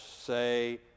say